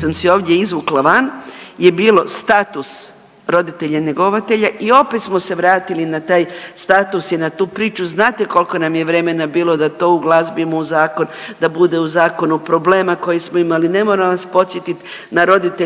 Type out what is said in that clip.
sam si ovdje izvukla van, je bilo status roditelja njegovatelja i opet smo se vratili na taj status i na tu priču. Znate koliko nam je vremena bilo da to uglazbimo u zakon, da bude u zakonu, problema koji smo imali. Ne moram vas podsjetiti na roditelje